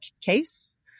case